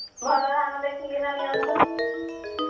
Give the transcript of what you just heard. ଭଲ ଧାନ ଦେଖି କିନା ନିଅନ୍ତୁ